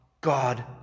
God